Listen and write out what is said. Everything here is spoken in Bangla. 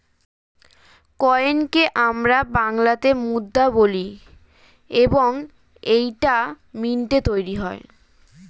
কয়েনকে আমরা বাংলাতে মুদ্রা বলি এবং এইটা মিন্টে তৈরী হয়